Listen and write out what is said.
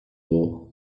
war